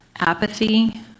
apathy